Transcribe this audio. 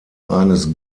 eines